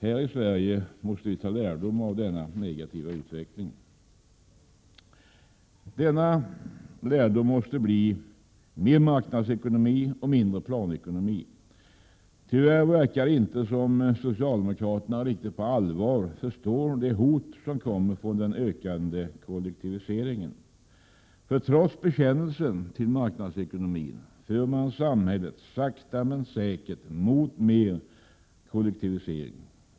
Här i Sverige måste vi ta lärdom av denna negativa utveckling. Denna lärdom måste bli: mer marknadsekonomi och mindre planekonomi. Tyvärr verkar det inte som om socialdemokraterna riktigt på allvar förstår det hot som kommer från den ökade kollektiviseringen. Trots bekännelsen till marknadsekonomin för man samhället sakta men säkert mot mer kollektivisering.